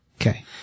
Okay